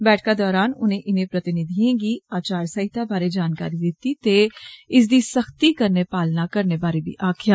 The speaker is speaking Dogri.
बैठका दौरान उनें इनें प्रतिनिधियें गी आचार संहिता बारै जानकारी दिती ते इसदी सख्ती कन्नै पालना करने बारै बी आक्खेआ